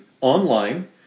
online